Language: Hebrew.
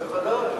בוודאי.